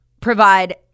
provide